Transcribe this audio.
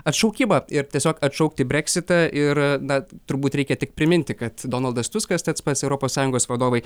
atšaukimą ir tiesiog atšaukti breksitą ir na turbūt reikia tik priminti kad donaldas tuskas tas pats europos sąjungos vadovai